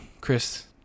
chris